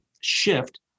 shift